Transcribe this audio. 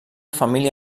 família